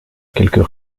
quelques